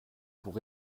pour